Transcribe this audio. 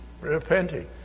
repenting